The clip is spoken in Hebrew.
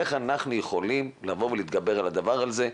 איך אנחנו יכולים לבוא ולהתגבר על הדבר הזה,